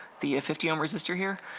the fifty ohm resistor here,